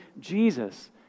Jesus